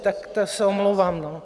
Tak to se omlouvám.